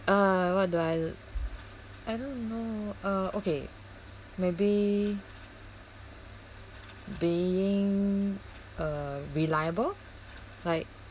uh what I do I don't know uh okay maybe being uh reliable like